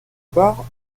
part